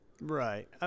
Right